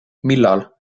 millal